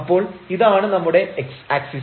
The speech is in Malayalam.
അപ്പോൾ ഇതാണ് നമ്മുടെ x ആക്സിസ്